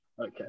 Okay